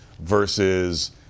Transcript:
versus